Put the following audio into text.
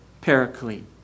paraclete